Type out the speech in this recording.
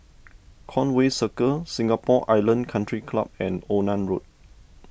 Conway Circle Singapore Island Country Club and Onan Road